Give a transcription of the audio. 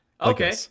Okay